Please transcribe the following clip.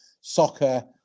soccer